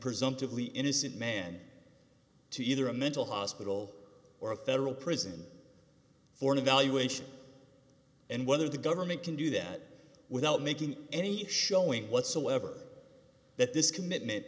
presumptively innocent man to either a mental hospital or a federal prison for an evaluation and whether the government can do that without making any showing whatsoever that this commitment